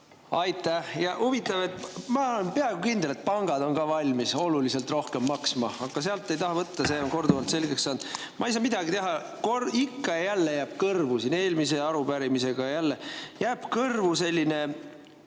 Aitäh! Huvitav, ma olen peaaegu kindel, et pangad on ka valmis oluliselt rohkem maksma, aga sealt ei taha võtta, see on korduvalt selgeks saanud. Ma ei saa midagi teha, ikka ja jälle jääb kõrvu – ka eelmise arupärimise ajal – selline